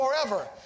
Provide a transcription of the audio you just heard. forever